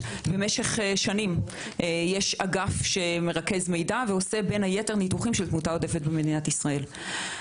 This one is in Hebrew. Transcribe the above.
יש אגף שמרכז מידע ועושה ניתוחים של תמותה עודפת במדינת ישראל.